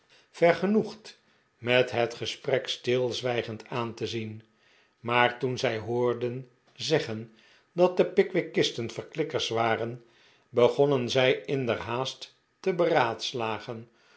vergenoegd met het geveeht stilzwijgend aan te zien maar toen zij hoorden zeggen dat de pickwickisten verklikkers waren begonnen zij inderhaast te beraadslagen